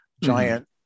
giant